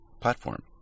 platform